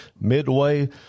Midway